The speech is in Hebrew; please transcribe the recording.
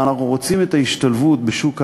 אנחנו רוצים את ההשתלבות בשוק העבודה,